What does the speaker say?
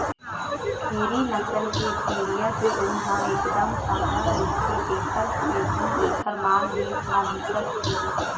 खेरी नसल के भेड़िया के ऊन ह एकदम सादा रहिथे तेखर सेती एकर मांग देस म बिकट के हे